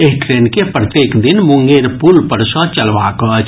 एहि ट्रेन के प्रत्येक दिन मुंगेर पुल पर सँ चलबाक अछि